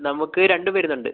നമുക്ക് രണ്ടും വരുന്നുണ്ട്